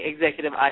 executive